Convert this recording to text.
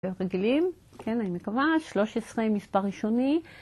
רגילים, כן, אני מקווה, 13 מספר ראשוני.